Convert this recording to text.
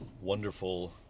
wonderful